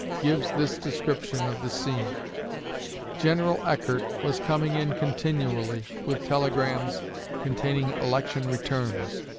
gives this description of the scene general eckert was coming in continually with telegrams containing election returns.